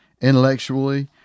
Intellectually